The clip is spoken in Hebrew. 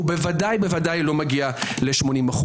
הוא ודאי לא מגיע ל-80%.